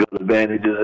advantages